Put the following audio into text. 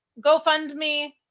GoFundMe